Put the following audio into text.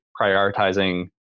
prioritizing